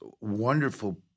wonderful